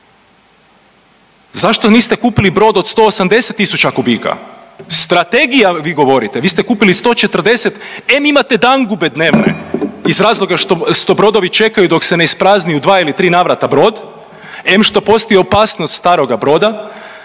Zašto niste kupili brod od 180 000 kubika? Strategija vi govorite? Vi ste kupili 140. Em imate dangube dnevne iz razloga što brodovi čekaju dok se ne isprazne u dva ili tri navrata brod, em što postoji opasnost staroga broda,